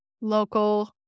local